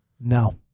No